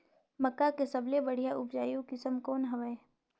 मक्का के सबले बढ़िया उपजाऊ किसम कौन हवय?